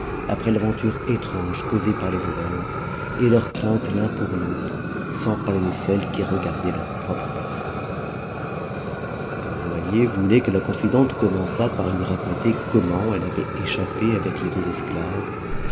après l'aventure étrange causée par les voleurs et leur crainte l'un pour l'autre sans parier dp celle qui regardait leur propre personne le joaillier voulait que la confidente commençât par lui raconter comment elle avait échappé avec les deux esclaves